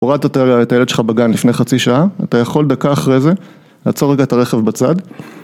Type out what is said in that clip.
הורדת את הילד שלך בגן לפני חצי שעה, אתה יכול דקה אחרי זה לעצור רגע את הרכב בצד